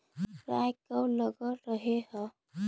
राई कब लग रहे है?